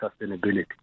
sustainability